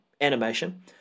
animation